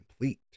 complete